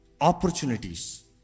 Opportunities